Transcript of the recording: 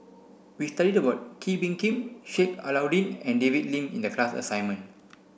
we studied about Kee Bee Khim Sheik Alau'ddin and David Lim in the class assignment